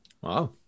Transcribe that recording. Wow